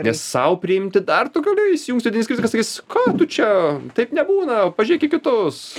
nes sau priimti dar tu gali įsijungs vidinis kritikas sakys ką tu čia taip nebūna pažiūrėk į kitus